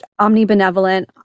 omnibenevolent